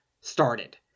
started